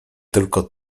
tylko